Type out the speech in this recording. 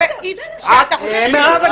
בסדר --- מירב,